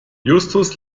justus